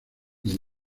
del